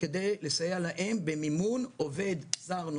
אני קורא להם בעלי המוגבלות.